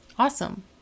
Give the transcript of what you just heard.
awesome